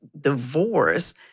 divorce